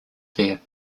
there